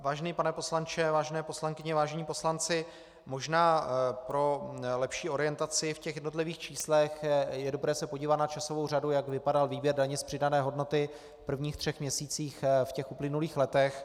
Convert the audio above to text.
Vážený pane poslanče, vážené poslankyně, vážení poslanci, možná pro lepší orientaci v jednotlivých číslech je dobré se podívat na časovou řadu, jak vypadal výběr daně z přidané hodnoty v prvních třech měsících v uplynulých letech.